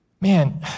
man